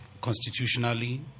constitutionally